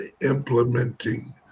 implementing